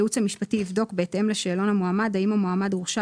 הייעוץ המשפטי יבדוק בהתאם לשאלון המועמד האם המועמד הורשע